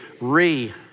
re